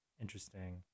interesting